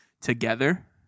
together